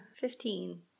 fifteen